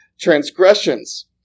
transgressions